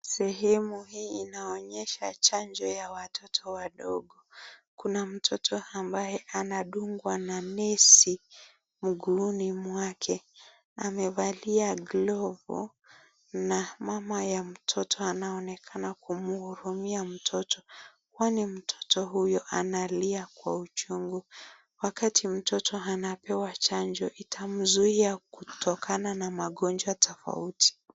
Sehemu hii inaonyesha chanjo ya watoto wadogo kuna mtoto ambaye anadungwa na nesi mguuni mwake amevalia glavu na mama ya mtoto anaonekana kumhurumia mtoto kwani mtoto huyo analia kwa uchungu, Wakati mtoto anapewa chanjo itamzuia kutokana na magonjwa tofauti.